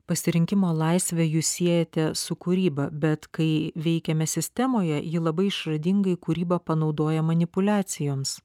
pasirinkimo laisvę jūs siejate su kūryba bet kai veikiame sistemoje ji labai išradingai kūrybą panaudoja manipuliacijoms